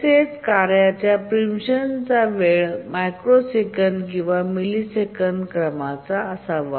तसेच कार्याचा प्रीमप्शन वेळ मायक्रो सेकंद किंवा मिलिसेकंदांच्या क्रमाचा असावा